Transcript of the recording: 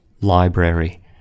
Library